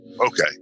Okay